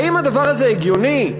האם הדבר הזה הגיוני?